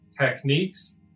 techniques